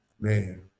man